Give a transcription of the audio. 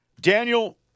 Daniel